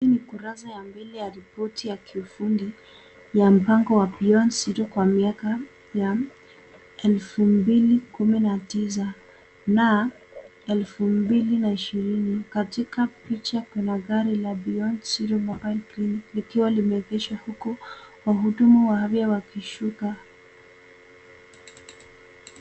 Hii ni kurasa ya mbele ya ripoti ya kiufundi ya mpango wa beyond zero kwa miaka ya elfu mbili kumi na tisa na elfu mbili na ishirini . Katika picha kuna gari la beyond zero likiwa limeegeshwa huku wahudumu wa afya wakishuka.